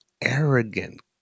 arrogant